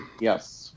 Yes